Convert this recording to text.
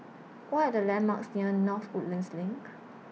What Are The landmarks near North Woodlands LINK